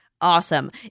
awesome